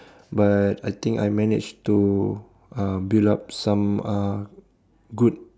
but I think I managed to uh build up some uh good